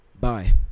Bye